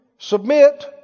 Submit